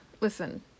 Listen